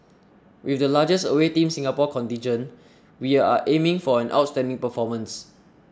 with the largest away Team Singapore contingent we are aiming for an outstanding performance